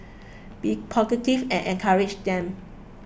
be positive and encourage them